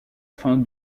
fin